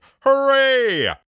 Hooray